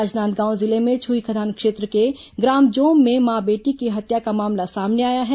राजनांदगांव जिले में छुईखदान क्षेत्र के ग्राम जोम में मां बेटी की हत्या का मामला सामने आया है